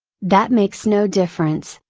that makes no difference,